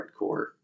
hardcore